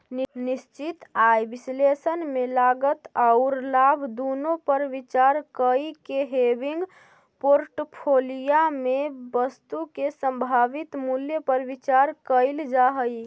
निश्चित आय विश्लेषण में लागत औउर लाभ दुनो पर विचार कईके हेविंग पोर्टफोलिया में वस्तु के संभावित मूल्य पर विचार कईल जा हई